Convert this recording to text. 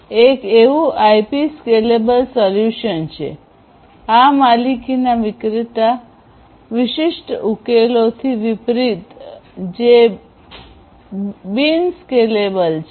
એક એવું IP scalable solution છે આ માલિકીના વિક્રેતા વિશિષ્ટ ઉકેલોથી વિપરીત જે બિન સ્કેલેબલ છે